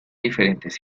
diferentes